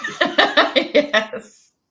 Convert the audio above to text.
Yes